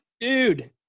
dude